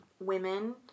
women